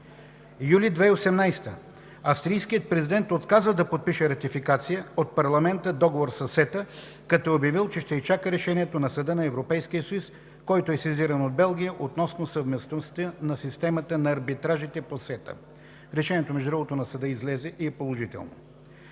юли 2018 г. австрийският президент отказва да подпише Ратификация от парламента, договор със СЕТА, като е обявил, че ще изчака решението на Съда на Европейския съюз, който е сезиран от Белгия относно съвместимостта на системата на арбитражите по СЕТА. Между другото, решението на съда излезе и е положително.